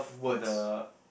the